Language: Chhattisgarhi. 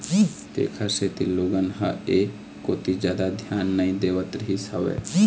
तेखर सेती लोगन ह ऐ कोती जादा धियान नइ देवत रहिस हवय